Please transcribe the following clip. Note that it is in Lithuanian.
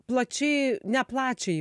plačiai ne plačiajai